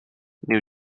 new